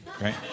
Right